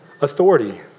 authority